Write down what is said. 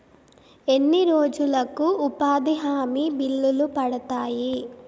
ఎన్ని రోజులకు ఉపాధి హామీ బిల్లులు పడతాయి?